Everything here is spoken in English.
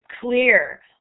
clear